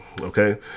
okay